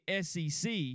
SEC